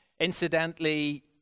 Incidentally